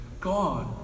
God